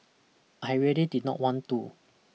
I really did not want to